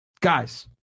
Guys